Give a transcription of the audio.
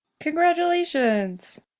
Congratulations